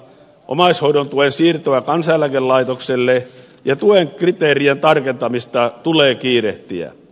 omaishoidon tuen siirtoa kansaneläkelaitokselle ja tuen kriteerien tarkentamista tulee kiirehtiä